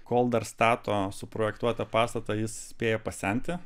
kol dar stato suprojektuotą pastatą jis spėja pasenti